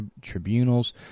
tribunals